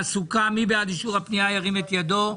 מי בעד אישור הפנייה - ירים את ידו.